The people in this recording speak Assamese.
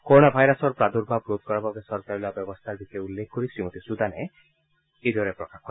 কোৰোনা ভাইৰাছৰ প্ৰাদুৰ্ভাৱ ৰোধ কৰাৰ বাবে চৰকাৰে লোৱা ব্যৱস্থাৰ বিষয়ে উল্লেখ কৰি শ্ৰীমতী চুডানে এইদৰে প্ৰকাশ কৰে